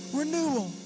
renewal